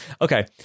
Okay